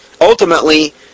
ultimately